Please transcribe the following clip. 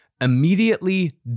immediately